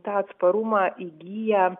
tą atsparumą įgyja